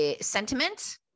sentiment